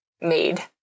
made